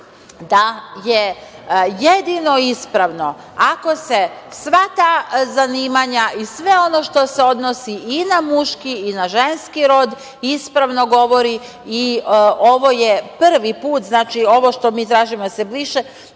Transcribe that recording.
da je jedino ispravno ako se sva ta zanimanja i sve ono što se odnosi i na muški i na ženski rod ispravno govori i ovo je prvi put… Mi tražimo da se briše